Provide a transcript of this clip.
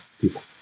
people